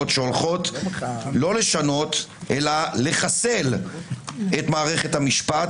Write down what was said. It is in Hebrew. שהולכות לא לשנות אלא לחסל את מערכת המשפט.